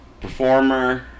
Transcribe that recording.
performer